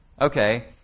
Okay